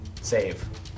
Save